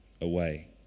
away